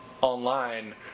online